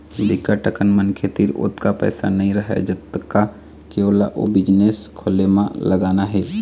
बिकट अकन मनखे तीर ओतका पइसा नइ रहय जतका के ओला ओ बिजनेस खोले म लगाना हे